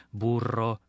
burro